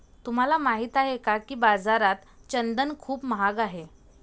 तुम्हाला माहित आहे का की बाजारात चंदन खूप महाग आहे?